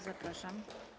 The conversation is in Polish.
Zapraszam.